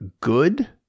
good